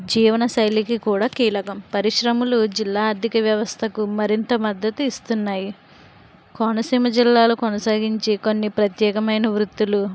జీవనశైలికి కూడా కీలకం పరిశ్రమలు జిల్లా ఆర్థిక వ్యవస్థకు మరింత మద్దతు ఇస్తున్నాయి కోన సీమ జిల్లాలో కొనసాగించే కొన్ని ప్రత్యేకమైన వృత్తులు